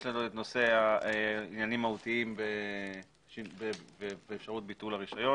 יש לי הערה לגבי סעיף 25. אני מציעה שנעבור לפי סדר התקנות.